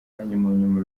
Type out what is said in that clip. munyuma